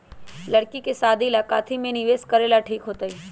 लड़की के शादी ला काथी में निवेस करेला ठीक होतई?